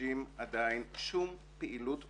מרגישים עדיין כל פעילות בשטח.